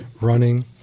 running